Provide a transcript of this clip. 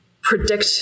predict